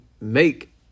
make